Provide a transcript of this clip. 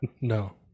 No